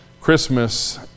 Christmas